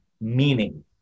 meaning